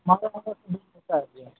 हमारे यहाँ पर सभी मिलता है भैया